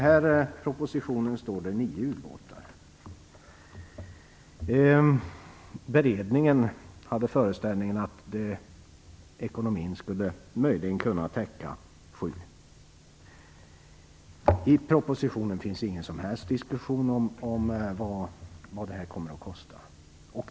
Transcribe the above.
I propositionen talas det om 9 ubåtar. Beredningen hade föreställningen att ekonomin möjligen skulle kunna täcka 7. I propositionen finns det ingen som helst diskussion om vad det här kommer att kosta.